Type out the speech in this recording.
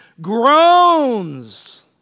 groans